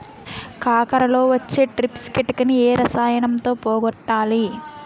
కాకరలో వచ్చే ట్రిప్స్ కిటకని ఏ రసాయనంతో పోగొట్టాలి?